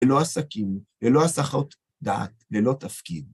ללא עסקים, ללא הסחות דעת, ללא תפקיד.